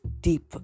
deep